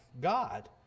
God